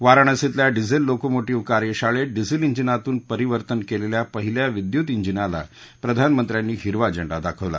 वाराणसीतल्या diesel locomotive कार्यशाळेत diesel इंजिनातून परिवर्तन केलेल्या पहिल्या विद्युत इंजिनाला प्रधानमंत्र्यांनी हिरवा झेंडा दाखवला